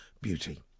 Beauty